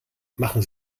machen